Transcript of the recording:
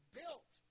built